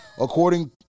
According